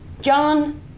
John